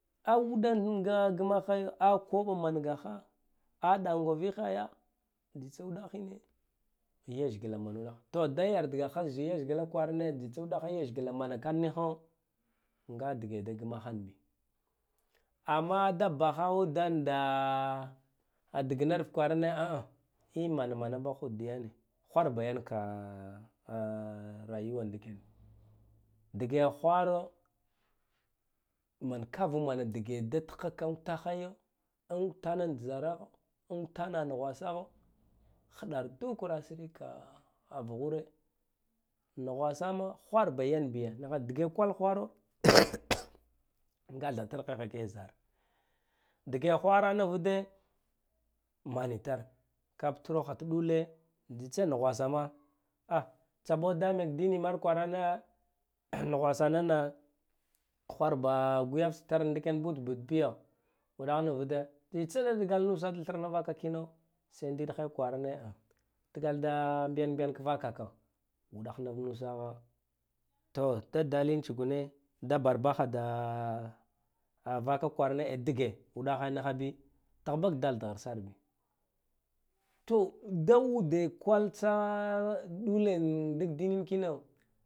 Awudan nga gmahayo awu koɓa man gaha aw ɗangwa vihaya tsauɗahina leshgla manu yane to dyard gaha zi leshgla kwarane uɗahe leshgla ma nake niho nga dige da gmahan bi amma da bahaudan da dagn arv kwarane i manamana bahid diyane hwarba yan ka a rayuwa nidken bi dige hwaro mankava mana dige tha untahayo untanan zaraho unta nuhwasaho haɗar dukur asiri ka a vuhare nuhwasa ma hwar ba yan biya niha dige kwal hwaro gathatarhe ha kizara dige hwara nivude manitan ka kiro ta ɗule tsitsa nuhwaja ma ah tsa ɓo dama dini mar kwarane a nuhwa sanana hwan ba gwiyaf tsitar ndik yan but but biyo uɗah nivude tsitsa nda dagala da thar na vaka kino sai ndiɗ hai kwarane dagla da mbiyanf vakaka uɗah niv nu saho to da daline tsigune da bara bahha da vaka kwarane adige uɗahe niha bi tah ba dal da harsar bi to da ude kwal ts ɗule dik din kino.